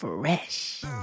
Fresh